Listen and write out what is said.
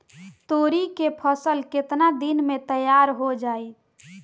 तोरी के फसल केतना दिन में तैयार हो जाई?